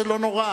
זה לא נורא,